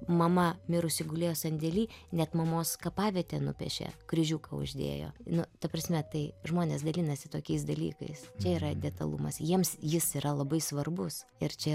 mama mirusi gulėjo sandėly net mamos kapavietę nupiešė kryžiuką uždėjo nu ta prasme tai žmonės dalinasi tokiais dalykais čia yra detalumas jiems jis yra labai svarbus ir čia